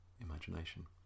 imagination